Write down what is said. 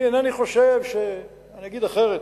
אני אינני חושב, אני אגיד אחרת: